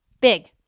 Big